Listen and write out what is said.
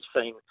seen